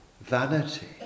vanity